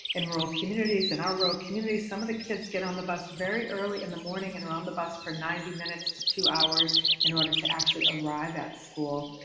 in rural communities, in our rural communities, some of the kids get on the bus very early in the morning and are on the bus for ninety minutes to two hours in order to actually arrive at school,